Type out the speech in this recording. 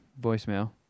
voicemail